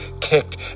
kicked